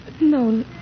No